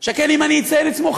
שכן אם אני אציין את שמו,